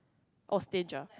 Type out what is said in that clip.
oh stinge ah